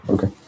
Okay